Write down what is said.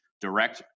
direct